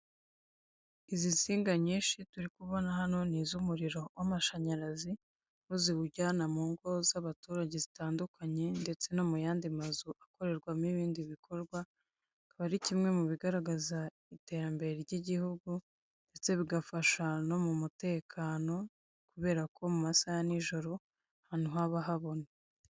Izi nsinga nyinshi turi kubona hano ,N'iz'umuriro w'amashanyarazi ,aho ziwujyana mu ngo z'abaturage zitandukanye ndetse no mu yandi mazu akorerwamo ibindi bikorwa .akaba ari kimwe mu bigaragaza iterambere ry'igihugu ndetse bigafasha no mu mutekano kubera ko mu masaha ya nijoro ahantu haba habona.